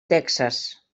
texas